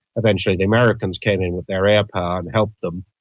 eventually the americans came in with their air power and helped them,